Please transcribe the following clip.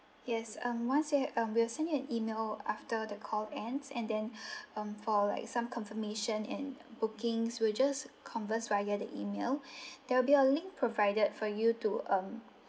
yes um once you had um we will send you an email after the call ends and then um for like some confirmation and bookings we'll just converse via the email there will be a link provided for you to um